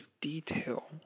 detail